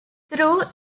through